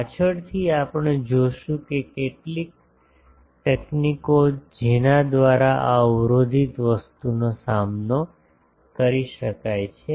પાછળથી આપણે જોશું કે કેટલીક તકનીકો જેના દ્વારા આ અવરોધિત વસ્તુનો સામનો કરી શકાય છે